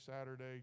Saturday